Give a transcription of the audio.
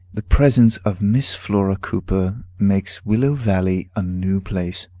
the presence of miss flora cooper makes willow valley a new place.